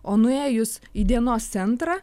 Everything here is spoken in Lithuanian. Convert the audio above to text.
o nuėjus į dienos centrą